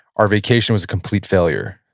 our vacation was a complete failure.